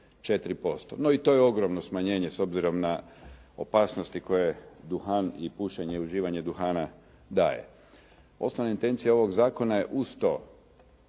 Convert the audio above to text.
No, i to je ogromno smanjenje s obzirom na opasnosti koje duhan i pušenje i uživanje duhana daje. Osnovna intencija ovog zakona je uz to,